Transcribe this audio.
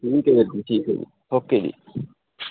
ਠੀਕ ਹੈ ਵੀਰ ਜੀ ਠੀਕ ਹੈ ਜੀ ਓਕੇ ਜੀ